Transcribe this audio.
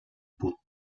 put